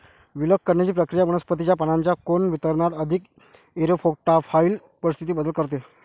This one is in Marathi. विलग करण्याची प्रक्रिया वनस्पतीच्या पानांच्या कोन वितरणात अधिक इरेक्टोफाइल परिस्थितीत बदल करते